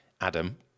Adam